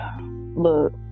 Look